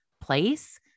place